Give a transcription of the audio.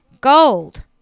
gold